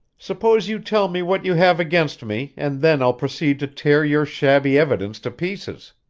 suppose you tell me what you have against me, and then i'll proceed to tear your shabby evidence to pieces.